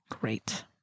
Great